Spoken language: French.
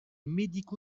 médico